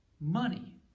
money